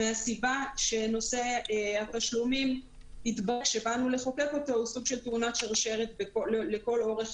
הסיבה היא שנושא התשלומים הוא סוג של תאונת שרשרת לכל אורך